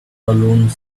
alone